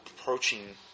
approaching